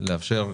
לאפשר,